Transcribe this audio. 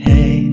Hey